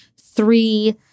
three